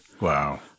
Wow